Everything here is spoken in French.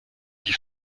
qui